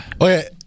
Okay